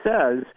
says